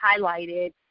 highlighted